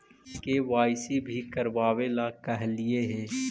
KYC भी करवावेला कहलिये हे?